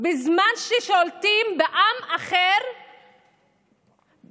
בזמן ששולטים בעם אחר באופן,